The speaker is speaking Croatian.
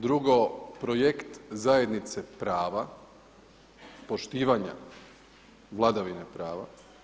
Drugo, projekt zajednice prava, poštivanja vladavine prava.